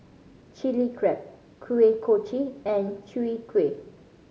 Chilli Crab Kuih Kochi and Chwee Kueh